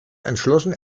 entschlossen